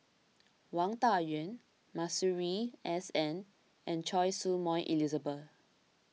Wang Dayuan Masuri S N and Choy Su Moi Elizabeth